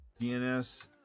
DNS